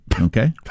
Okay